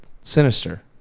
Sinister